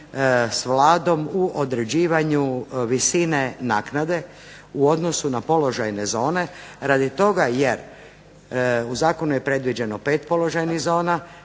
s Vladom u određivanju visine naknade u odnosu na položajne zone radi toga jer u zakonu je predviđeno pet položajnih zona,